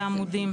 את העמודים.